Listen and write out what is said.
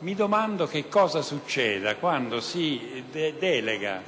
Mi domando cosa succede quando si delega